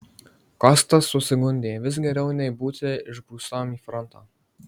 kostas susigundė vis geriau nei būti išgrūstam į frontą